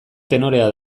tenorea